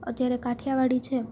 અત્યારે કાઠિયાવાડી છે